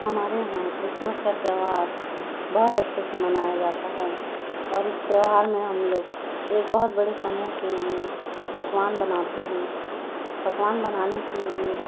हमारे यहाँ क्रिसमस का त्यौहार बहुत अच्छे से मनाया जाता है और इस त्यौहार में हम लोग एक बहुत बड़े समूह के लिए पकवान बनाते हैं पकवान बनाने के लिए